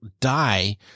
die